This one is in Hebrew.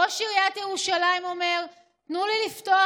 ראש עיריית ירושלים אומר: תנו לי לפתוח,